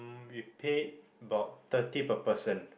we paid about thirty per person